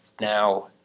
now